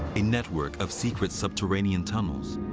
a network of secret subterranean tunnels,